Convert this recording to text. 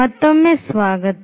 ಮತ್ತೊಮ್ಮೆ ಸ್ವಾಗತ